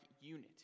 unit